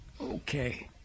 Okay